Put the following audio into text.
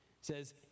says